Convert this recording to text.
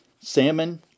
Salmon